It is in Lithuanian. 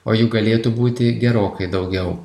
o juk galėtų būti gerokai daugiau